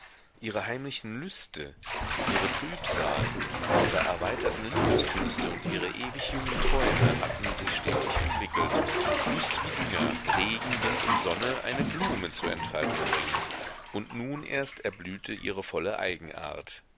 ihre heimlichen lüste ihre trübsal ihre erweiterten liebeskünste und ihre ewig jungen träume hatten sich stetig entwickelt just wie dünger regen wind und sonne eine blume zur entfaltung bringen und nun erst erblühte ihre volle eigenart